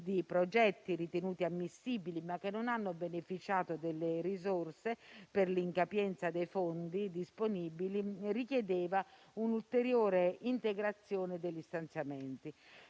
di progetti ritenuti ammissibili, ma che non hanno beneficiato delle risorse per l'incapienza dei fondi disponibili richiedeva un'ulteriore integrazione degli stanziamenti.